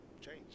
change